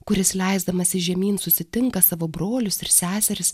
kuris leisdamasis žemyn susitinka savo brolius ir seseris